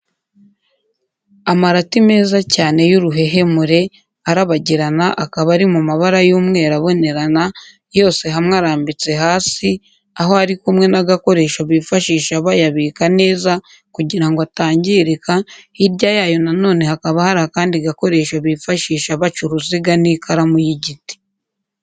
Amarati meza cyane y'uruhehemure arabagirana akaba ari mu mabara y'umweru ubonerana, yose hamwe arambitse kasi aho ari kumwe n'agakoresho bifashisha bayabika neza kugira ngo atangirika, hirya yayo na none hakaba hari akandi gakoresho bifashisha baca uruziga n'ikaramu y'igiti.